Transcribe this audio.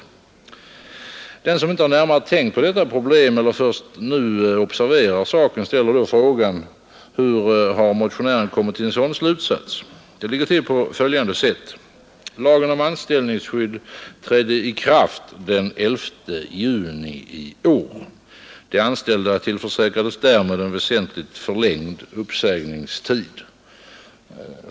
Den som inte närmare tänkt på detta problem eller den som kanske först nu över huvud taget observerar saken ställer då frågan: Hur kan motionären ha kommit till en sådan slutsats som han gjort? Saken ligger till på följande sätt. Lagen om anställningsskydd trädde i kraft den 11 juni i år. De anställda tillförsäkrades därmed en väsentligt förlängd uppsägningstid.